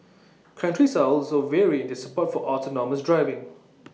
countries are also vary in their support for autonomous driving